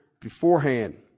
beforehand